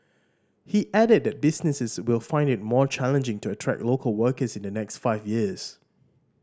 he added that businesses will find it more challenging to attract local workers in the next five years